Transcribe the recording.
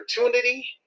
opportunity